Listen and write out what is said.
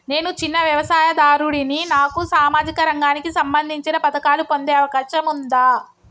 నేను చిన్న వ్యవసాయదారుడిని నాకు సామాజిక రంగానికి సంబంధించిన పథకాలు పొందే అవకాశం ఉందా?